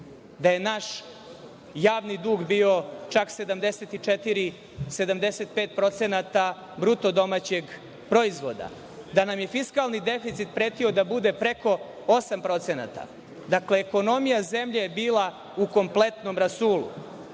da je naš javni dug bio čak 75% bruto domaćeg proizvoda, da nam je fiskalni deficit pretio da bude preko 8%. Dakle, ekonomija zemlje je bila u kompletnom rasulu.